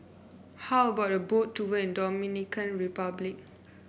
how about a Boat Tour in Dominican Republic